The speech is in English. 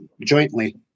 jointly